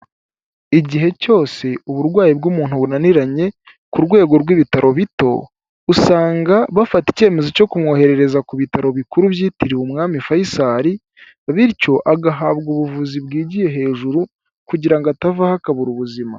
Igihe cyose uburwayi bw'umuntu bunaniranye ku rwego rw'ibitaro bito usanga bafata icyemezo cyo kumwoherereza ku bitaro bikuru byitiriwe umwami fayisari, bityo agahabwa ubuvuzi bwigiye hejuru kugira ngo atavaho akabura ubuzima.